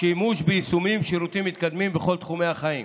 שימוש ביישומים ובשירותים מתקדמים בכל תחומי החיים.